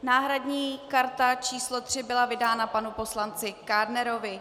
Náhradní karta číslo 3 byla vydána panu poslanci Kádnerovi.